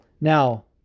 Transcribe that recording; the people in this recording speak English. Now